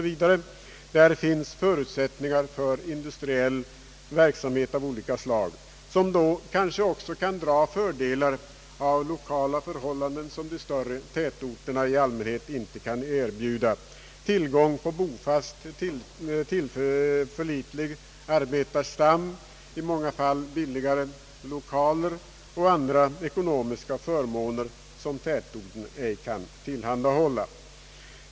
V., finns förutsättningar för industriell verksamhet av olika slag, som då kanske också kan dra fördelar av lokala förhållanden som de större tätorterna i allmänhet inte kan erbjuda: tillgång på bofast och tillförlitlig arbetarstam, i många fall billigare lokaler och andra ekonomiska förmåner.